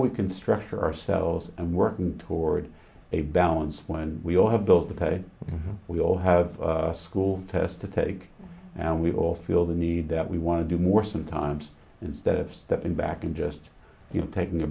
we can structure ourselves and working toward a balance when we all have bills to pay we all have a school test to take and we all feel the need that we want to do more sometimes is that stepping back and just taking